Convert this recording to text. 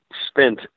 spent